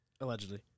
allegedly